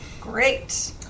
Great